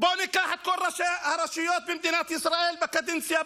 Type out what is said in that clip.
בוא ניקח את כל ראשי הרשויות במדינת ישראל בקדנציה,